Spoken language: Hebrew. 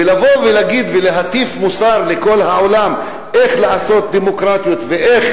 ולבוא ולהגיד ולהטיף מוסר לכל העולם איך לעשות דמוקרטיות ואיך